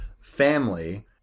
family